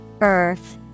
Earth